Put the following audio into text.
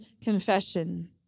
confession